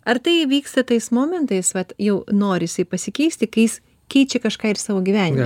ar tai įvyksta tais momentais vat jau norisi pasikeisti kai jis keičia kažką ir savo gyvenime